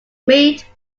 made